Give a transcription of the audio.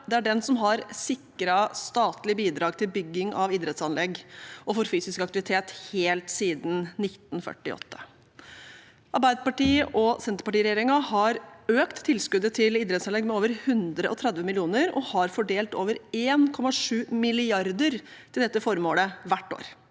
vil skrote, har sikret statlige bidrag til bygging av anlegg for idrett og fysisk aktivitet helt siden 1948. Arbeiderparti–Senterparti-regjeringen har økt tilskuddet til idrettsanlegg med over 130 mill. kr og har fordelt over 1,7 mrd. kr til dette formålet hvert år.